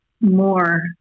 more